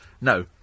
No